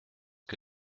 que